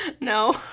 No